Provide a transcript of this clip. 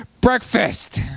breakfast